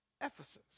Ephesus